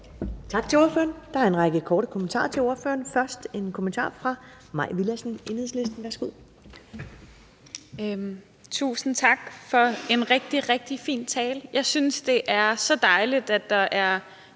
Tak til ordføreren. Der er en række korte kommentarer til ordføreren. Først en kommentar fra fru Mai Villadsen, Enhedslisten. Værsgo. Kl. 12:42 Mai Villadsen (EL): Tusind tak for en rigtig, rigtig fin tale. Jeg synes, det er så dejligt, at der er